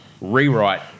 rewrite